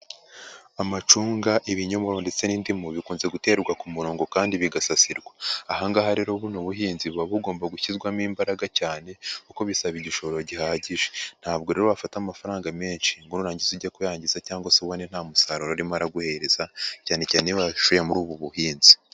Amacunga, ibinyomoro, ndetse n'indimu, bikunze guterwa ku murongo kandi bigasasirwa, ahangaha rero buno buhinzi buba bugomba gushyirwamo imbaraga cyane kuko bisaba igishoro gihagije, ntabwo rero wafata amafaranga menshi ngo nurangiza ujye kuyangiza cyangwa se ubune nta musaruro arimo araguhereza, cyane cyane iyo washoye muri ubu buhinzi.